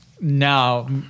Now